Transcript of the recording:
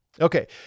Okay